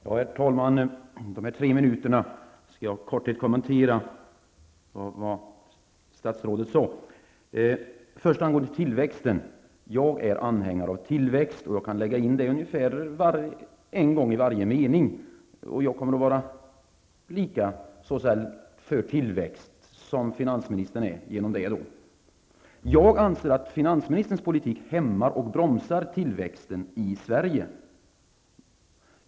Herr talman! På de här tre minuterna skall jag i korthet kommentera det statsrådet sade. Angående tillväxten vill jag säga att jag är anhängare av tillväxt. Jag kan lägga in det en gång i varje mening och genom det vara lika mycket för tillväxt som finansministern är. Jag anser att finansministerns politik hämmar och bromsar tillväxten i Sverige.